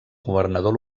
governador